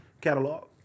catalog